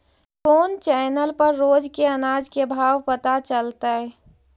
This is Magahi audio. कोन चैनल पर रोज के अनाज के भाव पता चलतै?